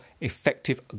effective